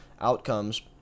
outcomes